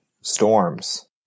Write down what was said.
storms